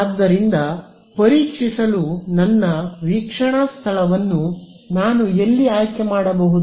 ಆದ್ದರಿಂದ ಪರೀಕ್ಷಿಸಲು ನನ್ನ ವೀಕ್ಷಣಾ ಸ್ಥಳವನ್ನು ನಾನು ಎಲ್ಲಿ ಆಯ್ಕೆ ಮಾಡಬಹುದು